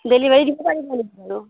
delivery দিব পাৰিব নেকি বাৰু